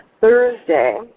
Thursday